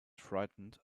frightened